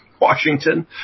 Washington